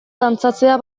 dantzatzea